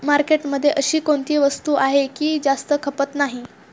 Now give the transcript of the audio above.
मार्केटमध्ये अशी कोणती वस्तू आहे की जास्त खपत नाही?